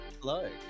Hello